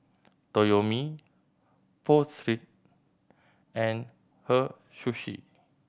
Toyomi Pho Street and Hei Sushi